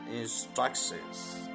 instructions